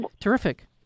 Terrific